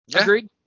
Agreed